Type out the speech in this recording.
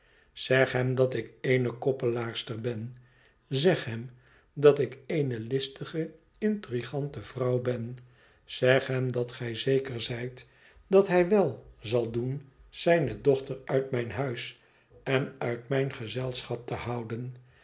zeg hem dat ik eene koppelaarster ben zeg hem dat ik eene listige intrigante vrouw ben zeg hem dat gij zeker zijt dat hij wèl zal doen zijne dochter uit mijn huis en uit mijn gezelschap te houden